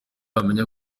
wamenya